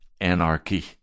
anarchy